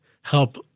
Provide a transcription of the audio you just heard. help